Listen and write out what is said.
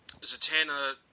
Zatanna